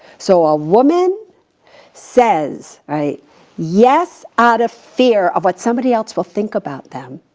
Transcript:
so a woman says yes out of fear of what somebody else will think about them.